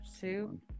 Two